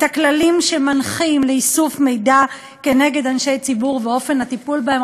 את הכללים שמנחים איסוף מידע נגד אנשי ציבור ואופן הטיפול בו.